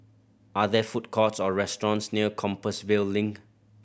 are there food courts or restaurants near Compassvale Link